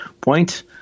point